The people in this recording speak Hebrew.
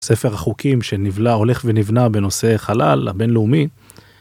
ספר חוקים שנבלע, הולך ונבנה, בנושא חלל הבינלאומי.